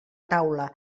taula